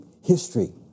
history